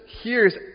hears